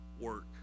work